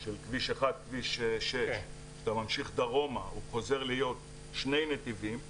של כביש 1 כביש 6 שאתה ממשיך דרומה הוא חוזר להיות שני נתיבים,